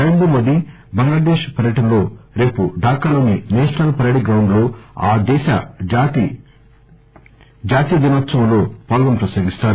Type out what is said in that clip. నరేంద్రమోదీ బంగ్లాదేశ్ పర్యటనలో రేపు ఢాకాలోని national parade ground లో ఆ దేశ జాతీయ దినోత్పవంలో పాల్గొని ప్రసంగిస్తారు